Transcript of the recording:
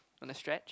wanna stretch